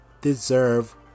deserve